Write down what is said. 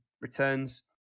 returns